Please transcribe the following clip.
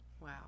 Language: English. wow